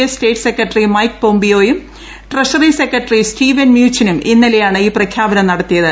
S state secretary Mike പോംപിയോയും treasury secretary Steven മ്യൂചിനും ഇന്നലെയാണ് ഈ പ്രഖ്യാപനം നടത്തിയത്